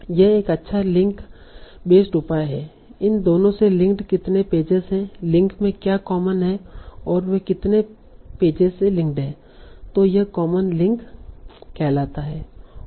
यह एक अच्छा लिंक बेस्ड उपाय है इन दोनों से लिंक्ड कितने पेजेज हैं लिंक में क्या कॉमन हैं और वे दोनों कितने पेजेज से लिंक्ड हैं तों यह कॉमन लिंक कहलाता है